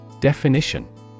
Definition